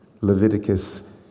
Leviticus